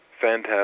Fantastic